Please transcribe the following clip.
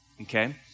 Okay